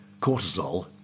cortisol